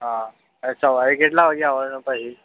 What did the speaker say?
હા સવારે કેટલા વાગે આવવાનું પછી